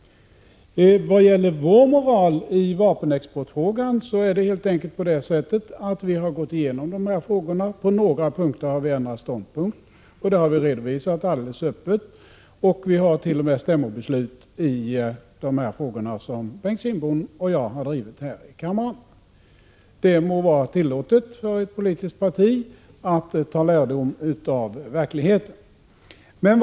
Vad gäller vår moral i vapenexportfrågan är det helt enkelt så att vi har gått igenom de här frågorna och på några punkter ändrat ståndpunkt. Det har vi redovisat öppet, och vi hart.o.m. stämmobeslut i de frågor som Bengt Kindbom och jag har drivit här i kammaren. Det må vara tillåtet för ett politiskt parti att dra lärdom av verkligheten.